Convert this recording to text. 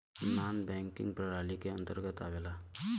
नानॅ banking प्रणाली के अंतर्गत आवेला